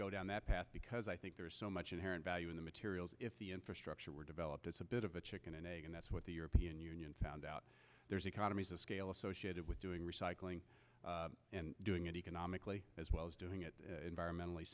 go down that path because i think there's so much inherent value in the materials if the infrastructure were developed it's a bit of a chicken and egg and that's what the european union found out there's economies of scale associated with doing recycling doing it economically as well as doing it environmentally